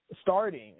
starting